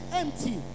empty